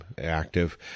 active